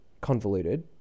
convoluted